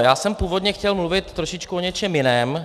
Já jsem původně chtěl mluvit trošičku o něčem jiném.